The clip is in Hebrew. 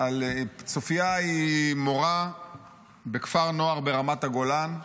צופיה היא מורה בכפר נוער ברמת הגולן,